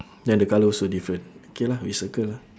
then the colour also different K lah we circle lah